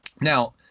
Now